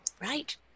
Right